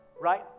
right